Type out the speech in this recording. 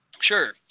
Sure